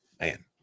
Man